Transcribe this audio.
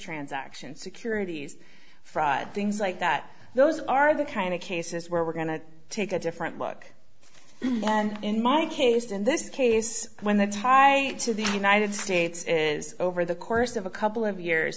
transaction securities fraud things like that those are the kind of cases where we're going to take a different look and in my case in this case when the tie to the united states is over the course of a couple of years